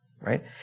right